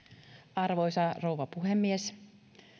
arvoisa rouva puhemies